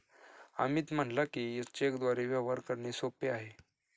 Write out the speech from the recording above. अमित म्हणाला की, चेकद्वारे व्यवहार करणे सोपे आहे